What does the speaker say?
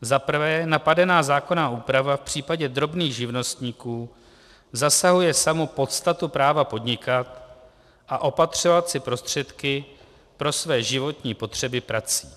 Za prvé, napadená zákonná úprava v případě drobných živnostníků zasahuje samu podstatu práva podnikat a opatřovat si prostředky pro své životní potřeby prací.